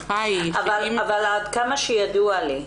עד כמה שידוע לי,